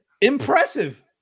impressive